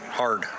hard